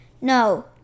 No